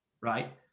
right